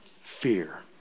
fear